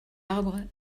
arbre